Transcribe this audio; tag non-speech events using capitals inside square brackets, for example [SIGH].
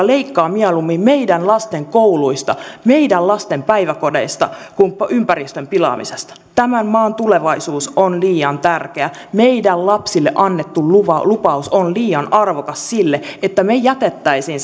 [UNINTELLIGIBLE] leikkaa mieluummin meidän lasten kouluista meidän lasten päiväkodeista kuin ympäristön pilaamisesta tämän maan tulevaisuus on liian tärkeä meidän lapsille annettu lupaus lupaus on liian arvokas siihen että me jättäisimme [UNINTELLIGIBLE]